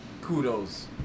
kudos